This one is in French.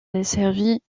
desservie